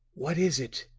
what is it?